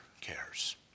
cares